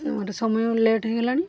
ମୋର ସମୟ ଲେଟ୍ ହୋଇଗଲାଣି